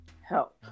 help